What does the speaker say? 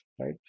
right